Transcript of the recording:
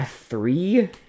three